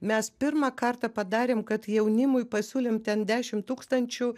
mes pirmą kartą padarėm kad jaunimui pasiūlėm ten dešimt tūkstančių